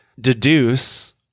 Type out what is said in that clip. deduce